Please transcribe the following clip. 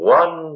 one